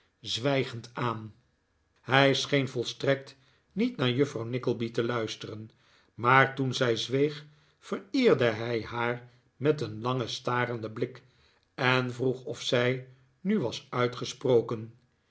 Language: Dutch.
zwijgend aan hij scheen volstrekt niet naar juffrouw nickleby te luisteren maar toen zij zweeg vereerde hij haar met een larigen starenden blik en vroeg of zij nu was uitgesproken